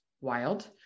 wild